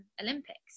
Olympics